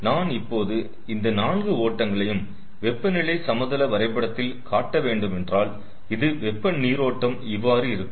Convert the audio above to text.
நான் இப்போது இந்த நான்கு ஓட்டங்களையும் வெப்பநிலை சமதள வரைபடத்தில் காட்ட வேண்டுமென்றால் இந்த வெப்ப நீரோட்டம் இவ்வாறு இருக்கும்